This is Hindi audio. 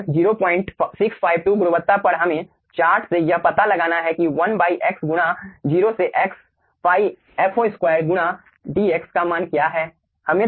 अब 0652 गुणवत्ता पर हमें चार्ट से यह पता लगाना है कि 1 x गुना 0 से x ϕ fo 2 गुना dx का मान क्या हैं